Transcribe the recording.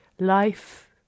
life